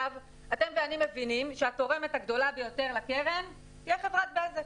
אתם ואני מבינים שהתורמת הגדולה ביותר לקרן היא חברת בזק.